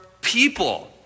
people